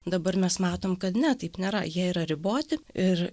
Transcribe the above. dabar mes matom kad ne taip nėra jie yra riboti ir